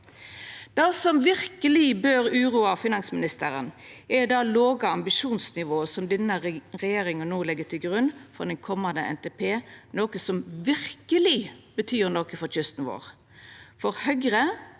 Det som verkeleg bør uroa finansministeren, er det låge ambisjonsnivået som denne regjeringa no legg til grunn for den komande NTP-en, noko som verkeleg betyr noko for kysten vår.